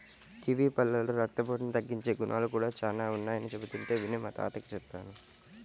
kiwi పళ్ళలో రక్తపోటును తగ్గించే గుణాలు కూడా చానా ఉన్నయ్యని చెబుతుంటే విని మా తాతకి చెప్పాను